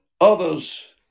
others